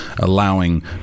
allowing